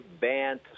banned